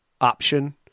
option